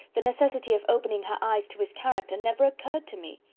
the necessity of opening her eyes to his character never occurred to me.